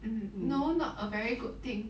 mm no not a very good thing